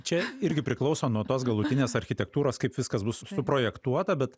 čia irgi priklauso nuo tos galutinės architektūros kaip viskas bus suprojektuota bet